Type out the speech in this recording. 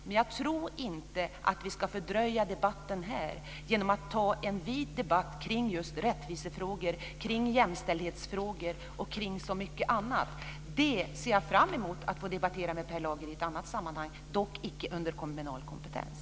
Men jag tror inte att vi ska fördröja debatten här genom att ta en vid debatt kring rättvisefrågor, jämställdhetsfrågor och mycket annat. Det ser jag fram emot att få debattera med Per Lager i ett annat sammanhang, dock inte under rubriken Kommunal kompetens.